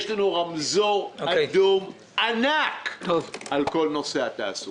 יש לנו רמזור אדום ענק מעל כל נושא התעסוקה.